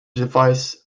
device